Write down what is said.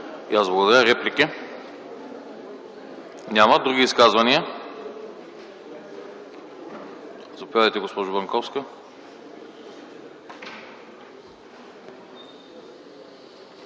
И аз благодаря. Реплики? Няма. Други изказвания? Заповядайте, господин Иванов.